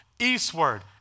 eastward